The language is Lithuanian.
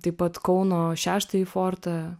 taip pat kauno šeštąjį fortą